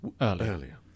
earlier